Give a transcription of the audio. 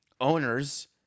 Owners